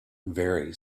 very